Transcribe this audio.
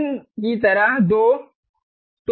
इन की तरह 2